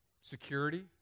security